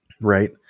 Right